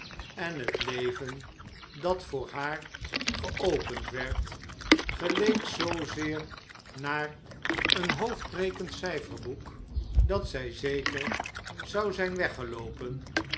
en het leven dat voor haar geopend werd geleek zoozeer naar een hoofd brekend cijferboek dat zij zeker zou zijn weggeloopen